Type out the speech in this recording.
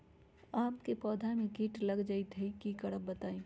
आम क पौधा म कीट लग जई त की करब बताई?